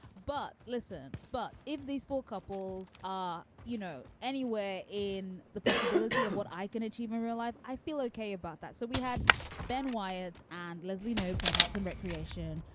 but listen. but if these four couples are, you know, anywhere in the possibility of what i can achieve in real life, i feel okay about that. so we had ben wyatt and leslie knope from parks and recreation.